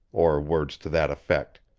or words to that effect.